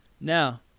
Now